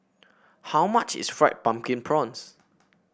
how much is Fried Pumpkin Prawns